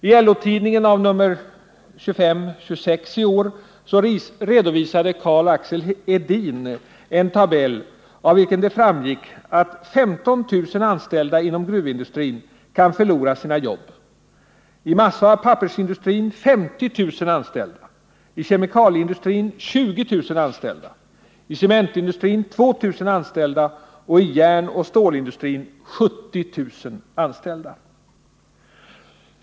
I LO-tidningen nr 25-26 i år redovisade Karl-Axel Edin en tabell av vilken det framgick att inom gruvindustrin 15 000 anställda kan förlora sina jobb, i massaoch pappersindustrin 50 000, i kemikalieindustrin 20 000 anställda, i cementindustrin 2 000 anställda samt i järnoch stålindustrin 70 000 anställda.